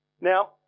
now